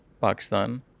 pakistan